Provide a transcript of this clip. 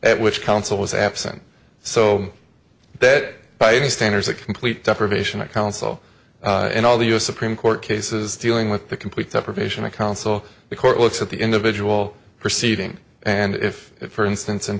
all which counsel was absent so that by any standards a complete deprivation i counsel in all the u s supreme court cases dealing with the complete deprivation of counsel the court looks at the individual proceeding and if for instance